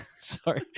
sorry